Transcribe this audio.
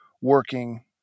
working